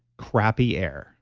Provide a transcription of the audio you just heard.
crappy air.